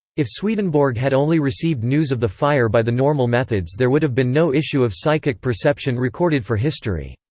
if swedenborg had only received news of the fire by the normal methods there would have been no issue of psychic perception recorded for history.